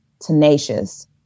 tenacious